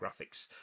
graphics